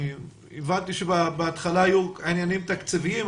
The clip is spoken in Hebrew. אני הבנתי שבהתחלה היו עניינים תקציביים,